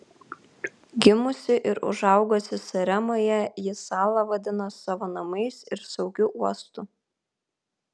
gimusi ir užaugusi saremoje ji salą vadina savo namais ir saugiu uostu